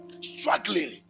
Struggling